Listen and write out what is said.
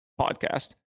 podcast